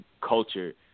culture